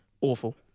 Awful